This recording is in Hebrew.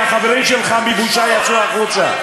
כי החברים שלך מבושה יצאו החוצה.